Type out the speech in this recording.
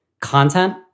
content